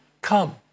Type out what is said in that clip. Come